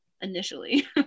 initially